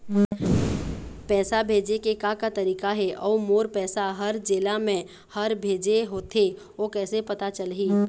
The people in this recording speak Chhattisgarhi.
पैसा भेजे के का का तरीका हे अऊ मोर पैसा हर जेला मैं हर भेजे होथे ओ कैसे पता चलही?